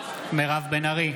מירב בן ארי,